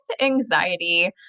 Anxiety